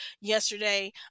yesterday